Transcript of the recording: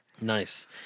Nice